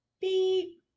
Beep